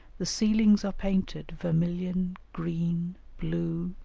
the ceilings are painted vermillion, green, blue,